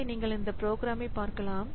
இங்கே நீங்கள் இந்த ப்ரோக்ராமை பார்க்கலாம்